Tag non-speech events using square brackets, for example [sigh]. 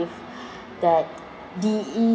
[breath] that the